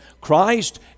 Christ